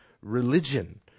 religion